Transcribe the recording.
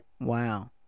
Wow